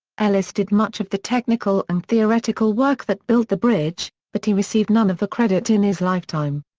ellis did much of the technical and theoretical work that built the bridge, but he received none of the credit in his lifetime.